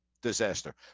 Disaster